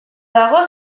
dago